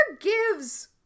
gives